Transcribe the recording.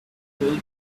builder